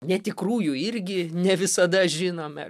netikrųjų irgi ne visada žinome